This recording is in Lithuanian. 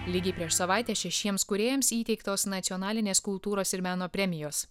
lygiai prieš savaitę šešiems kūrėjams įteiktos nacionalinės kultūros ir meno premijos